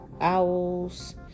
owls